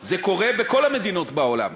זה קורה בכל המדינות בעולם.